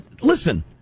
listen